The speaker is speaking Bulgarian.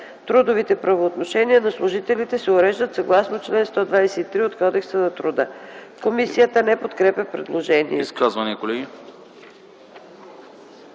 Трудовите правоотношения на служителите се уреждат съгласно чл. 123 от Кодекса на труда.” Комисията не подкрепя предложението.